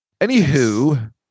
Anywho